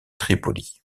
tripoli